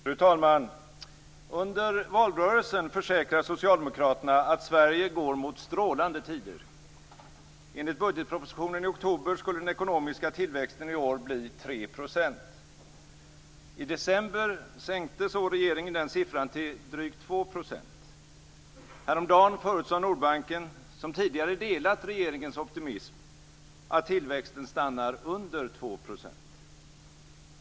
Fru talman! Under valrörelsen försäkrade socialdemokraterna att Sverige går mot strålande tider. Enligt budgetpropositionen i oktober skulle den ekonomiska tillväxten i år bli 3 %. I december sänkte så regeringen den siffran till drygt 2 %. Häromdagen förutsade Nordbanken, som tidigare delat regeringens optimism, att tillväxten stannar under 2 %.